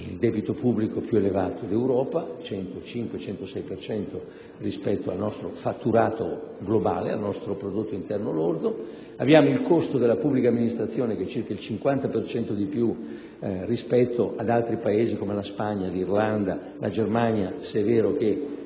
il debito pubblico più elevato d'Europa: 105-106 per cento rispetto al nostro fatturato globale, al nostro prodotto interno lordo. Il costo della pubblica amministrazione è circa il 50 per cento più alto rispetto a quello di altri Paesi come la Spagna, l'Irlanda, la Germania, se è vero che